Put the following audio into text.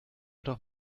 doch